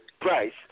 price